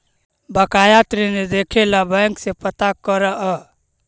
बकाया ऋण देखे ला बैंक से पता करअ